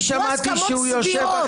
יהיו הסכמות סבירות,